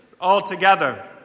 altogether